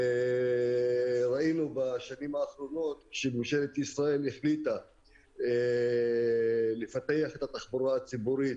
ראינו בשנים האחרונות שממשלת ישראל החליטה לפתח את התחבורה הציבורית